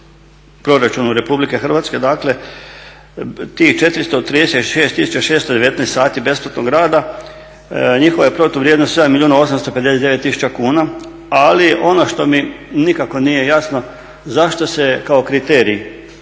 proračunu Republike Hrvatske, dakle tih 436 tisuća 619 sati besplatnog rada, njihove protuvrijednosti 7 milijuna 859 tisuća kuna. Ali ono što mi nikako nije jasno zašto se kao kriterij